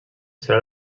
serà